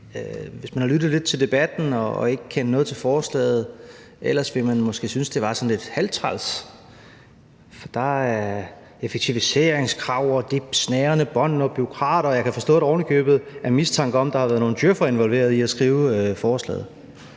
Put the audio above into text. Hvis man har lyttet lidt til debatten og ellers ikke kender noget til forslaget, vil man måske synes, at det er sådan lidt halvtræls, for der bliver talt om effektiviseringskrav og snærende bånd og bureaukrater, og jeg kan forstå, at der ovenikøbet er mistanke om, at der har været nogle djøf'er involveret i at skrive forslaget.